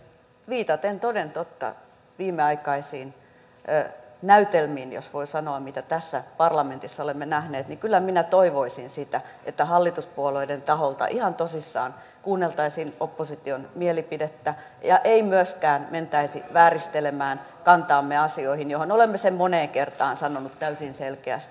viitaten toden totta viimeaikaisiin näytelmiin jos voi sanoa mitä tässä parlamentissa olemme nähneet kyllä minä toivoisin sitä että hallituspuolueiden taholta ihan tosissaan kuunneltaisiin opposition mielipidettä ja ei myöskään mentäisi vääristelemään kantaamme asiaan johon olemme sen moneen kertaan sanoneet täysin selkeästi